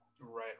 right